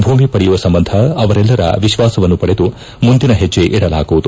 ಭೂಮಿ ಪಡೆಯುವ ಸಂಬಂಧ ಅವರೆಲ್ಲರ ವಿಶ್ವಾಸವನ್ನು ಪಡೆದು ಮುಂದಿನ ಹೆಜ್ಜೆ ಇಡಲಾಗುವುದು